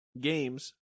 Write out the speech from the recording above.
Games